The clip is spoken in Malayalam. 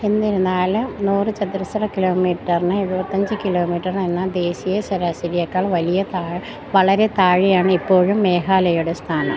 എന്നിരുന്നാലും നൂറ് ചതുരശ്ര കിലോമീറ്ററിന് എഴുപത്തിയഞ്ച് കിലോമീറ്റർ എന്ന ദേശീയ ശരാശരിയെക്കാൾ വളരെ താഴെയാണ് ഇപ്പോഴും മേഘാലയയുടെ സ്ഥാനം